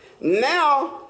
Now